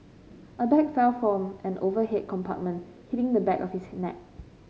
a bag fell from an overhead compartment hitting the back of his neck